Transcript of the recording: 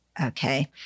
Okay